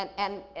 and and,